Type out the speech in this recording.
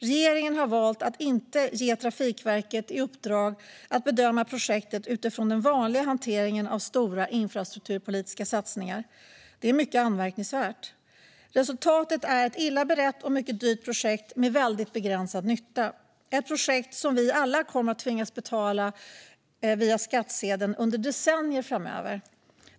Regeringen har valt att inte ge Trafikverket i uppdrag att bedöma projektet utifrån den vanliga hanteringen av stora infrastrukturpolitiska satsningar. Det är mycket anmärkningsvärt. Resultatet är ett illa berett och mycket dyrt projekt med väldigt begränsad nytta. Det är ett projekt som vi alla kommer att tvingas betala via skattsedeln under decennier framöver.